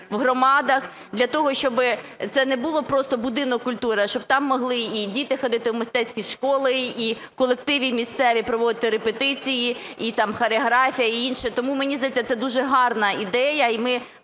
в громадах для того, щоби це не було просто будинок культури, а щоб там могли і діти ходити в мистецькі школи, і колективи місцеві проводити репетиції, і там хореографія і інше. Тому, мені здається, це дуже гарна ідея, і ми